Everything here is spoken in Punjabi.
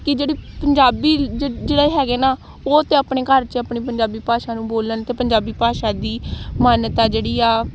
ਕਿ ਜਿਹੜੀ ਪੰਜਾਬੀ ਜ ਜਿਹੜੇ ਹੈਗੇ ਨਾ ਉਹ ਤਾਂ ਆਪਣੇ ਘਰ 'ਚ ਆਪਣੀ ਪੰਜਾਬੀ ਭਾਸ਼ਾ ਨੂੰ ਬੋਲਣ ਅਤੇ ਪੰਜਾਬੀ ਭਾਸ਼ਾ ਦੀ ਮਾਨਯਤਾ ਜਿਹੜੀ ਆ